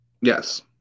Yes